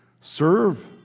serve